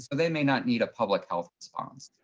but they may not need a public health response.